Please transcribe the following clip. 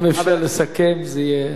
אם אפשר לסכם, זה יהיה,